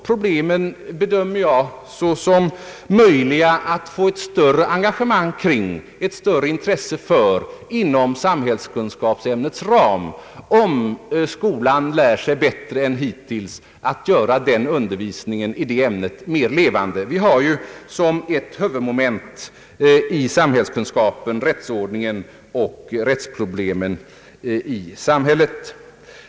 Jag bedömer det som möjligt att få ett större engagemang i och ett större intresse för dessa problem inom samhällskunskapsämnets ram, om skolan lär sig att bättre än hittills göra undervisningen i detta ämne mer levande, Vi har ju såsom ett huvudmoment i samhällskunskapen rättsordningen och rättsproblemen i samhället.